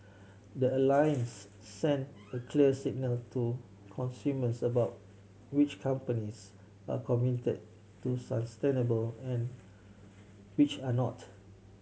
the Alliance sends a clear signal to consumers about which companies are committed to sustainability and which are not